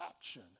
action